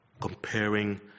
Comparing